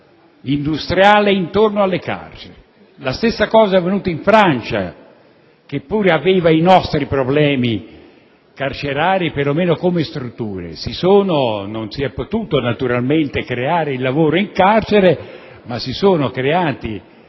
industriale intorno alle carceri. La stessa cosa è avvenuta in Francia, che pure aveva i nostri problemi carcerari, perlomeno dal punto di vista delle strutture; non si è potuto naturalmente creare il lavoro in carcere, ma si sono creati